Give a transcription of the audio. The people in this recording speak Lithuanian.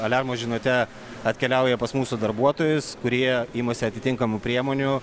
aliarmo žinutę atkeliauja pas mūsų darbuotojus kurie imasi atitinkamų priemonių